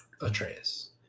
Atreus